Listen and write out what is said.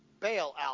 bailout